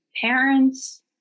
parents